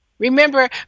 Remember